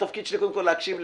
התפקיד שלי קודם כול להקשיב.